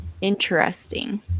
interesting